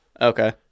Okay